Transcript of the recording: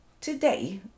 Today